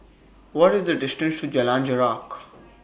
What IS The distance to Jalan Jarak